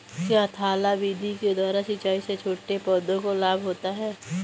क्या थाला विधि के द्वारा सिंचाई से छोटे पौधों को लाभ होता है?